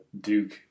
Duke